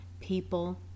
People